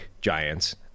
Giants